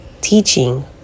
teaching